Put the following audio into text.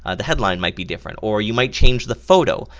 ah the headline might be different, or you might change the photo,